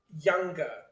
younger